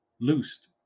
loosed